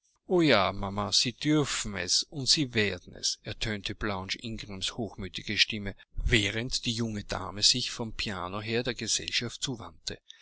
o ja mama sie dürfen es und sie werden es ertönte blanche ingrams hochmütige stimme während die junge dame sich vom piano her der gesellschaft zuwandte